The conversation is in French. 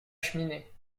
cheminée